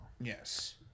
Yes